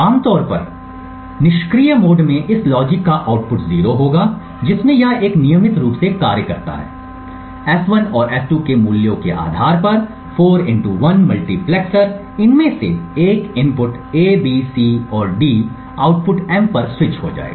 आमतौर पर निष्क्रिय मोड में इस लॉजिक का आउटपुट 0 होगा जिसमें यह एक नियमित रूप से कार्य करता है S1 और S2 के मूल्यों के आधार पर 4 1 मल्टीप्लेक्सर इनमें से एक इनपुट A B C और D आउटपुट M पर स्विच हो जाएगा